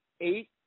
eight